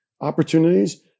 opportunities